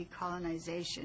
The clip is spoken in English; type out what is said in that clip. decolonization